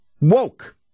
woke